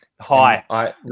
Hi